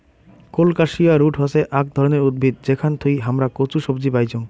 colocasia root হসে আক ধরণের উদ্ভিদ যেখান থুই হামরা কচু সবজি পাইচুং